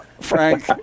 Frank